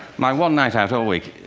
my one night out all week.